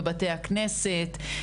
בבתי הכנסת,